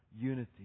unity